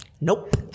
Nope